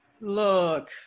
Look